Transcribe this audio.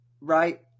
Right